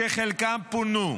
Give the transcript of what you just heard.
שחלקם פונו,